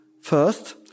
First